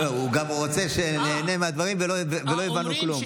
הוא גם רוצה שנהנה מהדברים, ולא הבנו כלום.